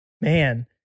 man